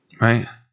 right